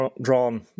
drawn